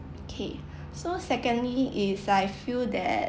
K so secondly is I feel that